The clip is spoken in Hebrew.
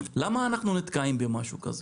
למה אנחנו נתקעים במשהו כזה?